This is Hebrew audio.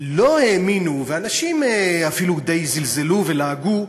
לא האמינו אנשים אפילו די זלזלו ולעגו,